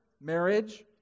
marriage